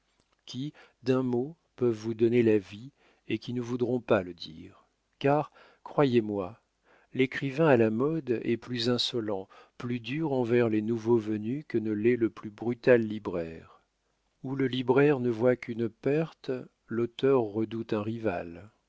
qui d'un mot peuvent vous donner la vie et qui ne voudront pas le dire car croyez-moi l'écrivain à la mode est plus insolent plus dur envers les nouveaux venus que ne l'est le plus brutal libraire où le libraire ne voit qu'une perte l'auteur redoute un rival